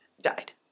died